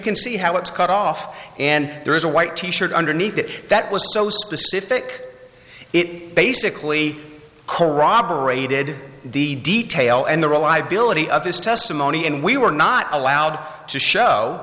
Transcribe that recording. can see how it's cut off and there is a white t shirt underneath it that was so specific it basically corroborated the detail and the reliability of this testimony and we were not allowed to show